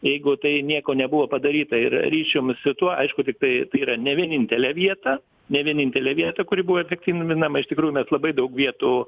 jeigu tai nieko nebuvo padaryta ir ryšium su tuo aišku tai yra ne vienintelė vieta ne vienintelė vieta kuri buvo efektyvinama iš tikrųjų mes labai daug vietų